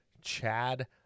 Chad